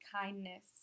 kindness